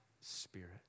spirit